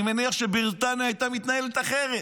אני מניח שבריטניה הייתה מתנהגת אחרת.